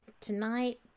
tonight